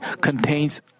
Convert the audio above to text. contains